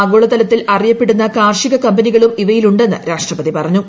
ആഗോളതലത്തിൽ അറിയപ്പെടുന്ന കാർഷിക കമ്പനികളും ഇവയിലുണ്ടെന്ന് രാഷ്ട്രപതി പറഞ്ഞു